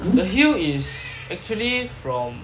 the hill is actually from